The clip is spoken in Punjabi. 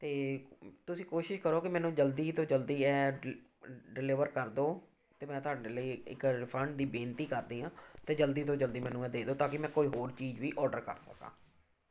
ਅਤੇ ਤੁਸੀਂ ਕੋਸ਼ਿਸ਼ ਕਰੋ ਕਿ ਮੈਨੂੰ ਜਲਦੀ ਤੋਂ ਜਲਦੀ ਇਹ ਡਿ ਡਿਲੀਵਰ ਕਰ ਦਿਉ ਅਤੇ ਮੈਂ ਤੁਹਾਡੇ ਲਈ ਇੱਕ ਰਿਫੰਡ ਦੀ ਬੇਨਤੀ ਕਰਦੀ ਹਾਂ ਅਤੇ ਜਲਦੀ ਤੋਂ ਜਲਦੀ ਮੈਨੂੰ ਇਹ ਦੇ ਦਿਉ ਤਾਂ ਕਿ ਮੈਂ ਕੋਈ ਹੋਰ ਚੀਜ਼ ਵੀ ਔਡਰ ਕਰ ਸਕਾਂ